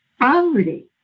poverty